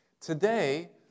Today